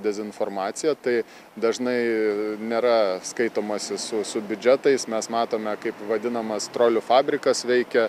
dezinformacija tai dažnai nėra skaitomasi su su biudžetais mes matome kaip vadinamas trolių fabrikas veikia